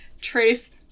traced